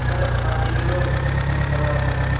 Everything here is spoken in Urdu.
سر آدھی کلو کروا دینا